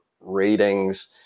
ratings